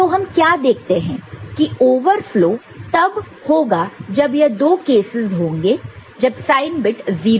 तो हम क्या देखते है की ओवरफ्लो तब होगा जब यह दो कैसस होंगे जब साइन बिट 0 होगा